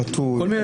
חתול?